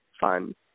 fun